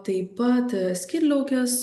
taip pat skydliaukės